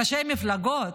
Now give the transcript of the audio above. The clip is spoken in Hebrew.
ראשי מפלגות.